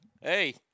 hey